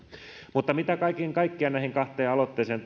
mutta mitä näihin kahteen aloitteeseen ja